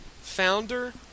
founder